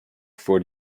for